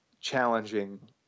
challenging